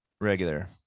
regular